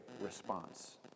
response